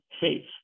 faith